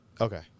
Okay